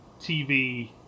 TV